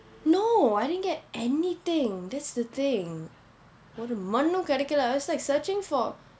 no I didn't get anything that's the thing ஒரு மண்ணும் கிடைக்கலே:oru mannum kidaikkalae I was like searching for